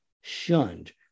shunned